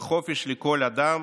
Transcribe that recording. וחופש לכל אדם,